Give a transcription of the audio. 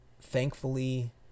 thankfully